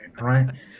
right